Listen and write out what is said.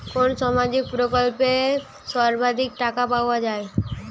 কোন সামাজিক প্রকল্পে সর্বাধিক টাকা পাওয়া য়ায়?